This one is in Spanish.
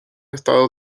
estado